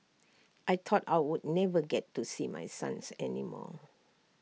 I thought I would never get to see my sons any more